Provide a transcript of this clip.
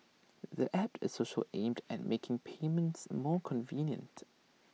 the app is also aimed at making payments more convenient